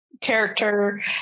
character